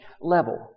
level